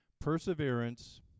Perseverance